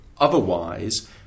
Otherwise